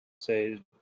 say